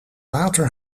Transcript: water